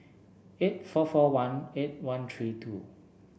eight four four one eight one three two